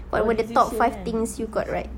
what were the top five things you got right